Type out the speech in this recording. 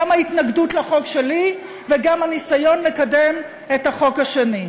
גם ההתנגדות לחוק שלי וגם הניסיון לקדם את החוק השני.